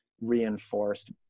reinforced